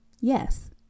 Yes